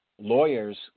Lawyers